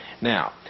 Now